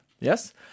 Yes